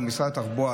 או משרד התחבורה,